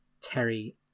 Terry